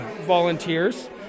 volunteers